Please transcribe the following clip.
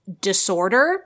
disorder